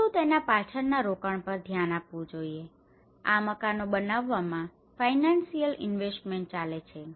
પરંતુ તેના પાછળ ના રોકાણ પર ધ્યાન આપવું જોઈએ આ મકાનો બનાવવા માં ફાઇનાન્સિયલ ઈન્વેસમેન્ટ ચાલે છે